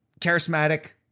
Charismatic